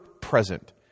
present